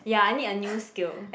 ya I need a new scale